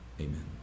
Amen